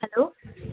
hello